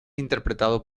interpretado